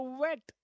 wet